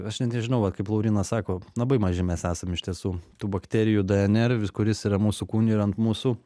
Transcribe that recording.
aš net nežinau va kaip laurynas sako labai maži mes esam iš tiesų tų bakterijų dnr kuris yra mūsų kūne ir ant mūsų